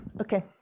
Okay